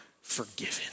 forgiven